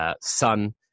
son